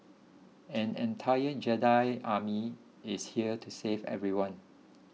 an entire Jedi Army is here to save everyone